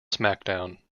smackdown